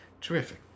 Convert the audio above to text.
terrific